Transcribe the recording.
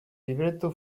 libreto